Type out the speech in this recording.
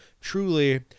Truly